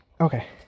Okay